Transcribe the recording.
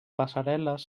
passarel·les